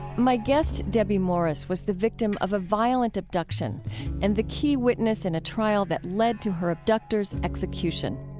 my guest, debbie morris, was the victim of a violent abduction and the key witness in a trial that led to her abductor's execution.